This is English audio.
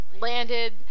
landed